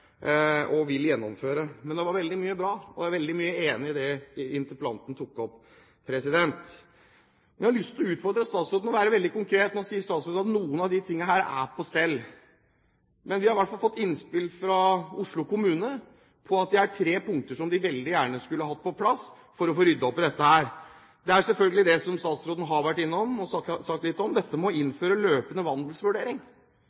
gjennomføre. Men det var veldig mye bra, og jeg er enig i veldig mye av det som interpellanten tok opp. Jeg har lyst til å utfordre statsråden, og jeg vil være veldig konkret. Nå sier statsråden at noen av disse tingene er på stell. Men vi har i hvert fall fått innspill fra Oslo kommune om at det er tre punkter som de veldig gjerne skulle hatt på plass for å få ryddet opp i dette. Det ene er selvfølgelig det som statsråden har vært innom og sagt litt om – dette med å innføre løpende vandelsvurdering. I dag må